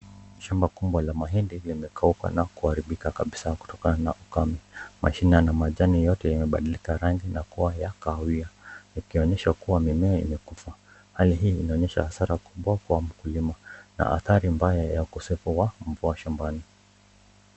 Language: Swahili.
Shamba kubwa la mahindi limekauka na kuharibika kabisa kutokana na ukame. Mashina na majani yote yamebadilika rangi na kuwa ya kahawia kumaanisha kuwa mimea imekufa .Hali hii inaonyesha hasara kubwa kwa mkulima, na adhari mbaya ya ukosefu wa mvua shambani.